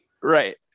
right